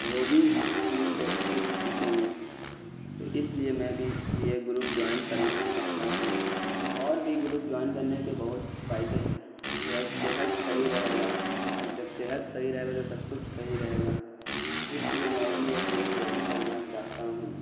وہ بھی مجھ سے کچھ سیکھیں گے تو اس لیے میں بھی یہ گروپ جوائن کرنا چاہتا ہوں اور بھی گروپ جوائن کرنے کے بہت فائدے ہے صحت صحیح رہے گا جب صحت صحیح رہے گا تو سب کچھ صحیح رہے گا اس لیے میں بھی یہ گروپ جوائن کرنا چاہتا ہوں